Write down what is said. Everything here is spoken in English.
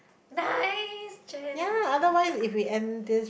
nice Jen